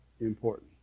important